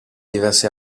diverse